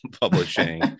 Publishing